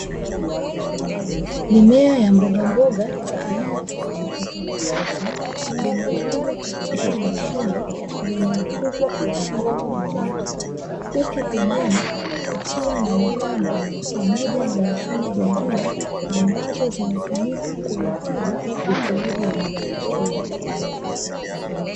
Mimea ya mbogamboga za aina tofautitofauti, zimepandwa katika mashine zenye ukubwa usiolingana. Huku pembeni kukiwa na mitambo pamoja na mashine zingine ambazo zinatumika kuratibu ukuaji wa mimea hiyo.